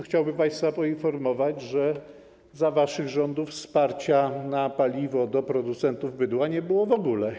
Chciałbym państwa poinformować, że za waszych rządów wsparcia na paliwo dla producentów bydła nie było w ogóle.